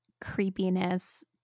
creepiness